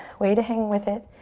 way to hang with it.